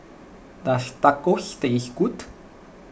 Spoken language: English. does Tacos tastes good